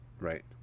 Right